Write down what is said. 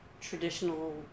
traditional